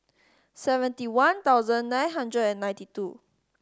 seventy one thousand nine hundred and ninety two